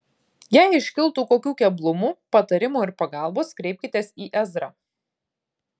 jei iškiltų kokių keblumų patarimo ir pagalbos kreipkitės į ezrą